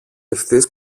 ευθύς